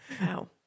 Wow